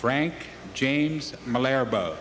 frank james malaria both